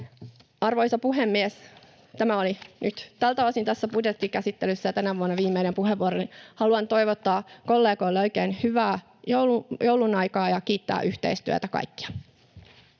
Arvoisa puhemies! Tämä oli nyt tältä osin tässä budjettikäsittelyssä ja tänä vuonna viimeinen puheenvuoroni. Haluan toivottaa kollegoille oikein hyvää joulunaikaa ja kiittää yhteistyöstä kaikkia!